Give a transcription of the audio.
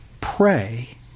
pray